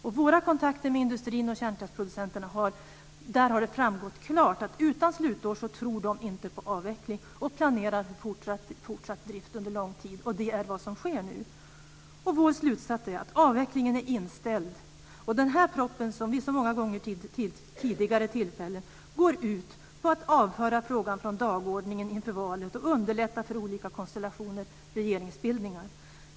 Av våra kontakter med industrin och kärnkraftsproducenterna har det framgått klart att utan slutår tror man inte på avveckling utan planerar fortsatt drift under lång tid, och det är vad som sker nu. Vår slutsats är att avvecklingen är inställd. Den här propositionen, liksom många tidigare, går ut på att avföra frågan från dagordningen inför valet och underlätta för olika konstellationer för regeringsbildning.